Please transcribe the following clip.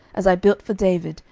as i built for david,